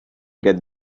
get